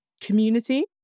community